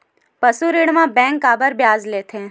पशु ऋण म बैंक काबर ब्याज लेथे?